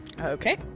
Okay